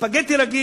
ספגטי רגיל,